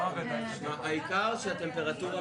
כל מיני שמועות אחרות שנפוצות זה עורבא פרח ואי אפשר להסתמך על זה.